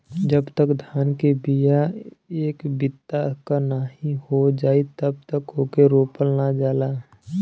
जब तक धान के बिया एक बित्ता क नाहीं हो जाई तब तक ओके रोपल ना जाला